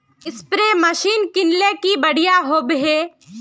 Spray machine किनले की बढ़िया होबवे?